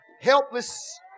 helpless